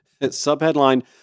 Subheadline